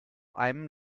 einem